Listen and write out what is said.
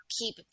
keep